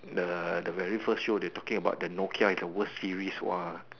the the very first show they talking about Nokia is the worst Series !wah!